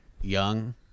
Young